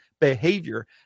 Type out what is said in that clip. behavior